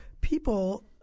people